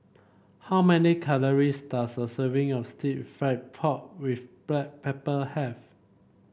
how many calories does a serving of stir fry pork with Black Pepper have